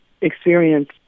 experience